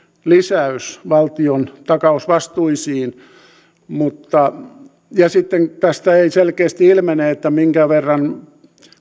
lisäys valtion takausvastuisiin ja sitten tästä ei selkeästi ilmene minkä verran